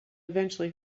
eventually